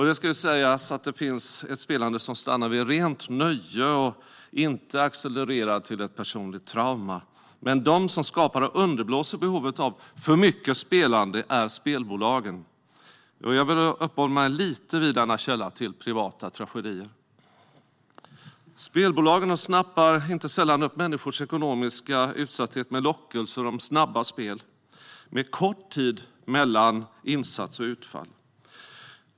Det ska sägas att det finns ett spelande som stannar vid rent nöje och inte accelererar till ett personligt trauma. Men de som skapar och underblåser behovet av för mycket spelande är spelbolagen. Jag vill uppehålla mig lite vid denna källa till privata tragedier. Spelbolagen snappar inte sällan upp människors ekonomiska utsatthet med lockelser om snabba spel med kort tid mellan insats och utfall.